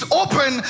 open